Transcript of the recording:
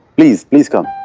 please. please come.